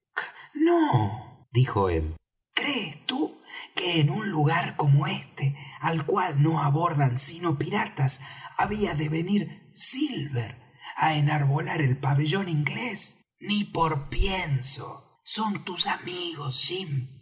no dijo él crees tú que en un lugar como este al cual no abordan sino piratas había de venir silver á enarbolar el pabellón inglés ni por pienso son tus amigos jim